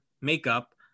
makeup